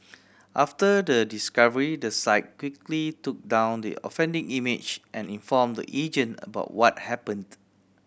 after the discovery the site quickly took down the offending image and informed the agent about what happened